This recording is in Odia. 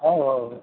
ହଉ ହଉ